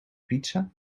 pizza